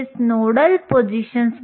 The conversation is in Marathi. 10 इलेक्ट्रॉन व्होल्ट्स असते